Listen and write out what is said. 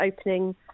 opening